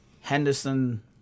Henderson